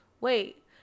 Wait